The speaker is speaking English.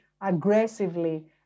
aggressively